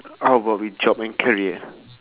how about with job and career